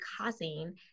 causing